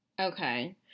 Okay